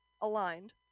aligned